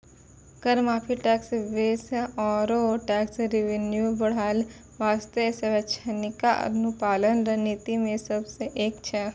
कर माफी, tax base आरो टैक्स रेवेन्यू बढ़ाय बासतें स्वैछिका अनुपालन रणनीति मे सं एक छै